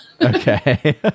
Okay